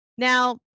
Now